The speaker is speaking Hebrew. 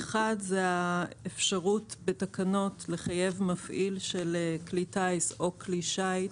זו האפשרות בתקנות לחייב מפעיל של כלי טיס או כלי שיט,